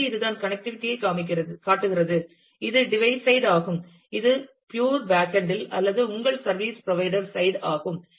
எனவே இதுதான் கனெக்டிவிட்டி ஐ காட்டுகிறது இது டிவைஸ் சைட் ஆகும் இது பியூர் பேக் எண்ட்இல் அல்லது உங்கள் சர்வீஸ் ப்ரோவைடர் சைட் ஆகும்